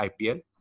IPL